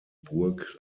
burg